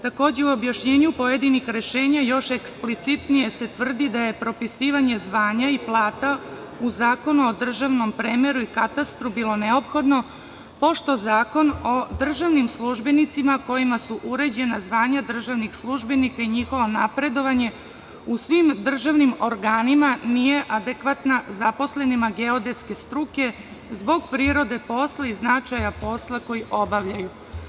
Takođe, u objašnjenju pojedinih rešenja još eksplicitnije se tvrdi da je propisivanje zvanja i plata u Zakonu o državnom premeru i katastru bilo neophodno pošto Zakon o državnim službenicima kojima su uređena zvanja državnih službenika i njihovo napredovanje u svim državnim organima nije adekvatno zaposlenima geodetske struke zbog prirode posla i značaja posla koji obavljaju.